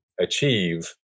achieve